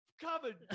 covered